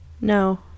No